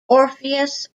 orpheus